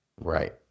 right